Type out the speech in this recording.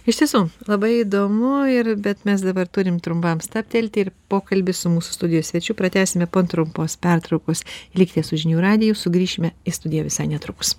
iš tiesų labai įdomu ir bet mes dabar turim trumpam stabtelti ir pokalbį su mūsų studijos svečių pratęsime po trumpos pertraukos likite su žinių radiju sugrįšime į studiją visai netrukus